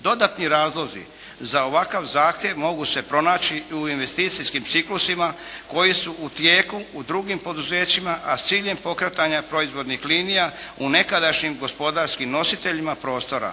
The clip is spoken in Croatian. Dodatni razlozi za ovakav zahtjev mogu se pronaći i u investicijskim ciklusima koji su u tijeku u drugim poduzećima, a s ciljem pokretanja proizvodnih linija u nekadašnjim gospodarskim nositeljima prostora.